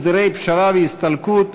הסדרי פשרה והסתלקות),